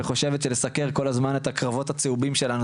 וחושבת שלסקר כל הזמן את הקרבות הצהובים שלנו,